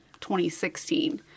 2016